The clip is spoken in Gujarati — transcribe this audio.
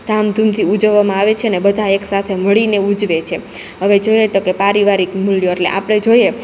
ધામધૂમથી ઉજવવામાં આવે છે અને બધા એકસાથે મળીને ઉજવે છે હવે જોઈએ તો કે પારિવારિક મૂલ્યો એટલે કે આપડે જોઈએ